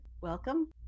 welcome